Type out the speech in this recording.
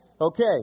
Okay